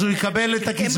אז הוא יקבל את הקצבאות.